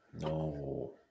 No